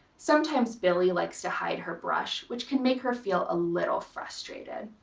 sometimes billy likes to hide her brush which can make her feel a little frustrated.